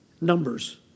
Numbers